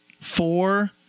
Four